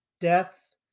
death